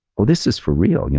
oh, this is for real. yeah